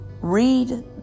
read